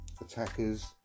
Attackers